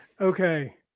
Okay